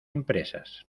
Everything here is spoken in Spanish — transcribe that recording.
empresas